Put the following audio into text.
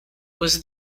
was